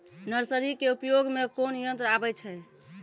Nursery के उपयोग मे कोन यंत्र आबै छै?